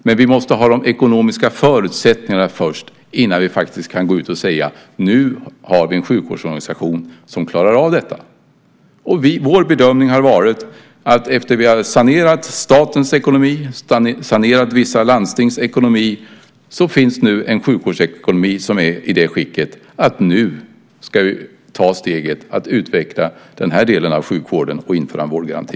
Men vi måste ha de ekonomiska förutsättningarna innan vi kan gå ut och säga att vi har en sjukvårdsorganisation som klarar av detta. Vår bedömning har varit att efter det att vi har sanerat statens ekonomi och vissa landstings ekonomi så finns det nu en sjukvårdsekonomi som är i det skicket att vi ska ta steget att utveckla den delen av sjukvården och införa en vårdgaranti.